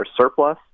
surplus